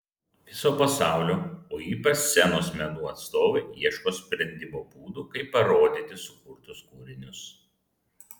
viso pasaulio o ypač scenos menų atstovai ieško sprendimo būdų kaip parodyti sukurtus kūrinius